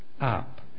up